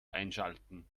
einschalten